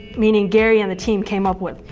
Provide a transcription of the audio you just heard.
meaning gary and the team, came up with.